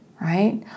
right